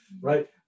right